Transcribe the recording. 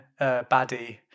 baddie